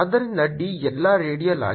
ಆದ್ದರಿಂದ D ಎಲ್ಲಾ radial ಆಗಿದೆ